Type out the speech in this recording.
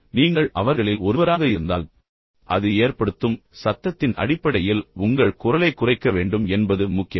இப்போது நீங்கள் அவர்களில் ஒருவராக இருந்தால் அது ஏற்படுத்தும் சத்தத்தின் அடிப்படையில் உங்கள் குரலைக் குறைக்க வேண்டும் என்பது முக்கியம்